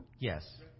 Yes